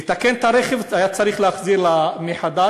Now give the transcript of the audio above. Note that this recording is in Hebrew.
כדי לתקן את הרכב היה צריך להחזיר אותו לחברה,